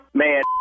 man